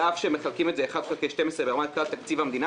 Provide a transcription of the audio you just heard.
על אף שמחלקים את זה 1/12 ברמת כלל תקציב המדינה,